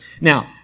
Now